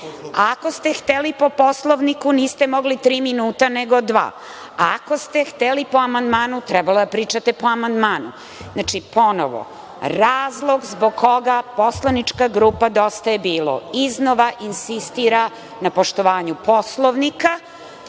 Ako ste hteli po Poslovniku, niste mogli tri minuta, nego dva. Ako ste hteli po amandmanu, trebalo je da pričate po amandmanu. Znači, ponovo, razlog zbog koga poslanička grupa DJB iznova insistira na poštovanju Poslovnika,